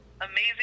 amazing